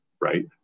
right